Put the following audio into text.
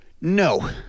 No